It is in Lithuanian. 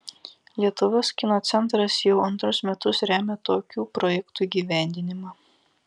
lietuvos kino centras jau antrus metus remia tokių projektų įgyvendinimą